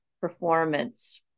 performance